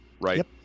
right